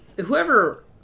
Whoever